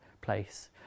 place